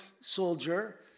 soldier